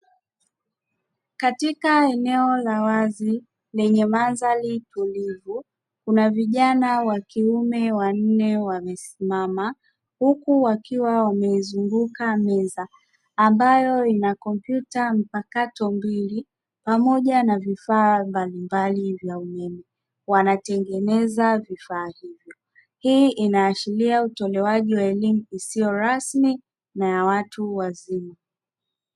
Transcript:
Katika eneo la wazi lenye mandhari tulivu kuna vijana wakiume wanne wamesimama, huku wakiwa wamezunguka meza ambayo ina kompyuta mpakato mbili pamoja na vifaa mbalimbali vya umeme wanatengeneza vifaa hivyo, hii inaashiria utolewaji wa elimu isiyo rasmi na ya watu wazima.